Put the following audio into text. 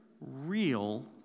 real